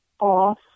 off